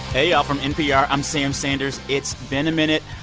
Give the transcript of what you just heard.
hey, y'all. from npr, i'm sam sanders. it's been a minute.